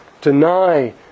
deny